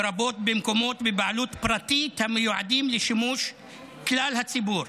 לרבות במקומות בבעלות פרטית המיועדים לשימוש כלל הציבור,